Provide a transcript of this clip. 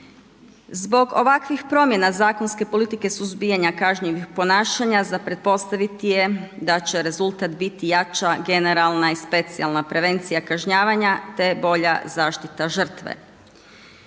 Zbog ovakvih promjena zakonske politike suzbijanja kažnjivih ponašanja za pretpostaviti je da će rezultat biti jača generalna i specijalna prevencija kažnjavanja te bolja zaštita žrtve.